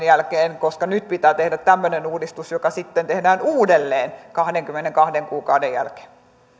jälkeen koska nyt pitää tehdä tämmöinen uudistus joka sitten tehdään uudelleen kahdenkymmenenkahden kuukauden jälkeen